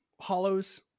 Hollows